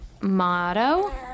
Motto